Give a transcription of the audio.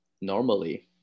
normally